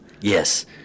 Yes